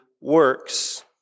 works